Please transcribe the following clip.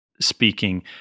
speaking